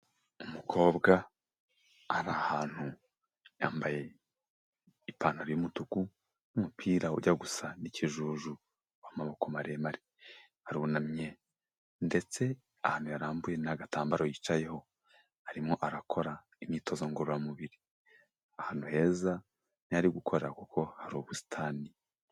Umukobwa ari ahantu, yambaye ipantaro y'umutuku n'umupira ujya gusa n'ikijuju w'amaboko maremare, arunamye ndetse ahantu yarambuye n'agatambaro yicayeho, arimo arakora imyitozo ngororamubiri, ahantu heza niho ari gukorera kuko hari ubusitani.